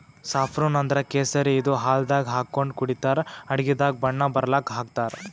saffron ಅಂದ್ರ ಕೇಸರಿ ಇದು ಹಾಲ್ದಾಗ್ ಹಾಕೊಂಡ್ ಕುಡಿತರ್ ಅಡಗಿದಾಗ್ ಬಣ್ಣ ಬರಲಕ್ಕ್ ಹಾಕ್ತಾರ್